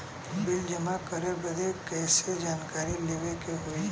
Bill जमा करे बदी कैसे जानकारी लेवे के होई?